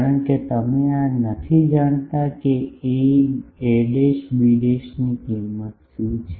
કારણ કે તમે નથી જાણતા કે એબી ની કિંમત શું છે